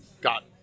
got